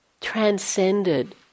transcended